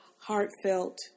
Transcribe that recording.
heartfelt